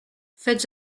faites